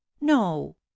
no